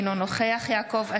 אינו נוכח יעקב אשר,